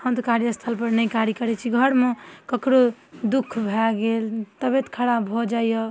हम तऽ कार्यस्थलपर नहि कार्य करै छी घरमे ककरो दुख भऽ गेल तबिअत खराब भऽ जाइए